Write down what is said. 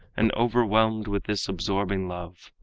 and overwhelmed with this absorbing love.